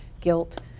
guilt